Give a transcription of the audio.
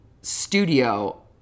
studio